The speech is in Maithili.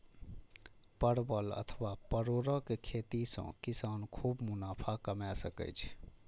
परवल अथवा परोरक खेती सं किसान खूब मुनाफा कमा सकै छै